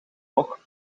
rok